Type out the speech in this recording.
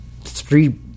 three